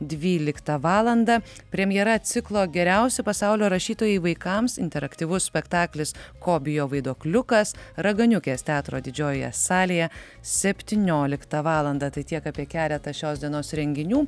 dvyliktą valandą premjera ciklo geriausi pasaulio rašytojai vaikams interaktyvus spektaklis ko bijo vaiduokliukas raganiukės teatro didžiojoje salėje septynioliktą valandą tai tiek apie keletą šios dienos renginių